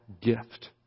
gift